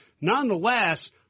Nonetheless